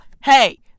hey